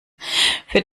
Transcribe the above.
für